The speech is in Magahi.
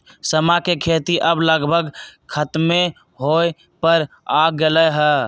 समा के खेती अब लगभग खतमे होय पर आ गेलइ ह